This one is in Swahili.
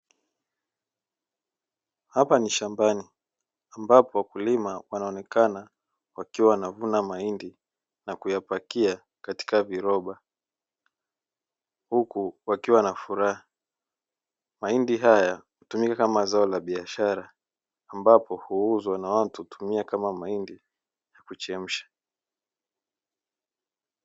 Hapa ni shambani ambapo wakulima wanaonekana wakiwa wanavuna mahindi; na kuyapakia katika viloba huku wakiwa na furaha, mahindi haya hutumika kama zao la biashara ambapo huuzwa na watu hutumia kama mahindi ya kuchemsha.